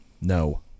no